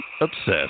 obsessed